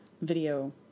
video